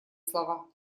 слова